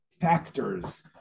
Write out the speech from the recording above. factors